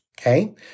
okay